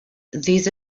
these